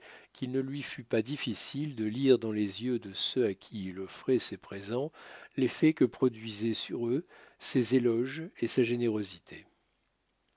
qu'il ne lui fut pas difficile de lire dans les yeux de ceux à qui il offrait ses présents l'effet que produisaient sur eux ses éloges et sa générosité